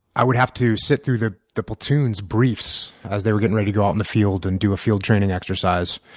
i would have to sit through the the platoon's briefs as they were getting ready to go out in the field and do a field training exercise.